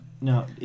no